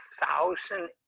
thousand